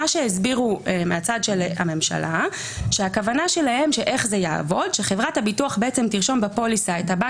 הסבירו מהצד של הממשלה שחברת הביטוח תרשום בפוליסה את הבנק